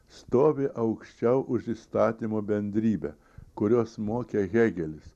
stovi aukščiau už įstatymo bendrybę kurios mokė hėgelis